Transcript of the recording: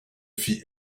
fit